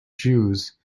jews